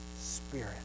spirit